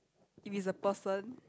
if it's a person